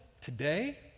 today